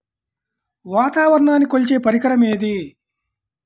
వాతావరణాన్ని కొలిచే పరికరం ఏది?